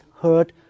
heard